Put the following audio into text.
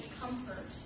comfort